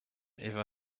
eva